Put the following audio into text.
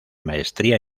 maestría